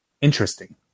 interesting